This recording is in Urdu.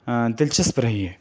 دلچسپ رہی ہے